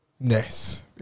Yes